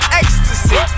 ecstasy